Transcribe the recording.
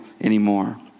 anymore